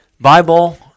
Bible